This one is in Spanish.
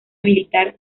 militar